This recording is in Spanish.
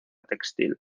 textil